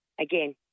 again